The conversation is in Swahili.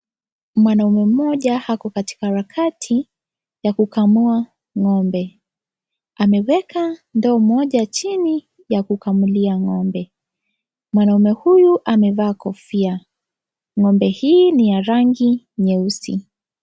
Mwanamme mmoja ako katika harakati ya kukamua ngombe, ameweka ndoo moja chini ya kukamulia ngombe, mwanaume huyu amevaa kofia, ngombe hii ni ya rangi nyeusi.